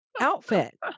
outfit